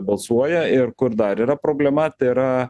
balsuoja ir kur dar yra problema tai yra